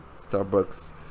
Starbucks